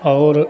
और